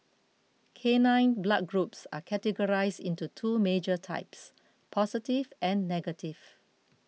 canine blood groups are categorised into two major types positive and negative